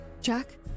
Jack